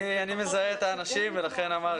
אני מזהה את האנשים ולכן אמרתי.